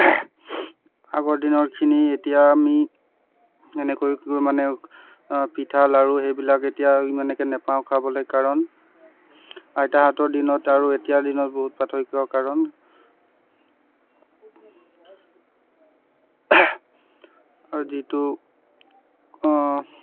আগৰ দিনৰখিনি এতিয়া আমি এনেকৈ মানে পিঠা লাৰু সেইবিলাক এতিয়া এনেকৈ নেপাওঁ খাবলৈ কাৰণ আইতাহঁতৰ দিনত আৰু এতিয়া দিনৰ বহুত পাৰ্থক্য কাৰণ আৰু যিটো